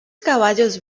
caballos